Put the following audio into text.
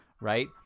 Right